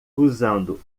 usando